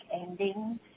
ending